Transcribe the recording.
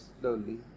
slowly